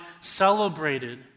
celebrated